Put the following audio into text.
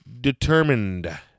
determined